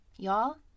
Y'all